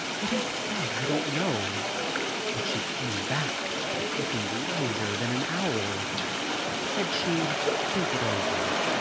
what he said i don't know but she came back looking wiser than an owl said she'd think it over,